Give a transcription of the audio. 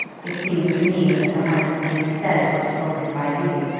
it seems to me that the hardest things said were spoken by you.